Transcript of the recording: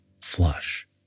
flush